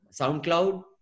SoundCloud